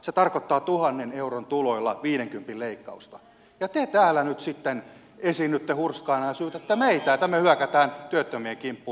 se tarkoittaa tuhannen euron tuloilla viidenkympin leikkausta ja te täällä nyt esiinnytte hurskaana ja syytätte meitä että me hyökkäämme työttömien kimppuun